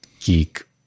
geek